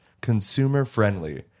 consumer-friendly